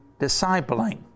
discipling